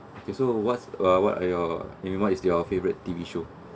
okay so what's uh what are your I mean what is your favourite T_V show